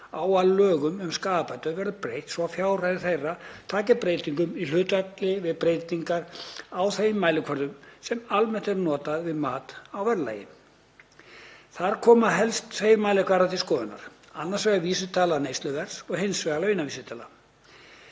á að lögum um skaðabætur verði breytt svo að fjárhæðir þeirra taki breytingum í hlutfalli við breytingar á þeim mælikvörðum sem almennt eru notaðir við mat á verðlagi. Þar koma helst tveir mælikvarðar til skoðunar, annars vegar vísitala neysluverðs og hins vegar launavísitala.